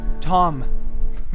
tom